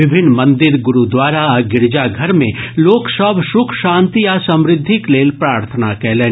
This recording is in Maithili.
विभिन्न मंदिर गुरूद्वारा आ गिरिजाघर मे लोक सभ सुख शांति आ समृद्धिक लेल प्रार्थना कयलनि